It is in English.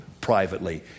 privately